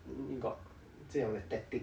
got 这样的 tactic